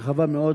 רחבה מאוד,